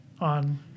on